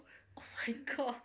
oh my god